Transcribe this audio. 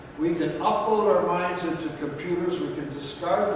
we can upload our minds into computers, we can discard